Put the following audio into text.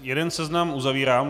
Jeden seznam uzavírám.